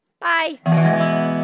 bye